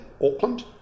Auckland